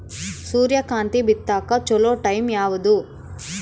ಸೂರ್ಯಕಾಂತಿ ಬಿತ್ತಕ ಚೋಲೊ ಟೈಂ ಯಾವುದು?